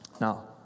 Now